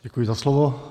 Děkuji za slovo.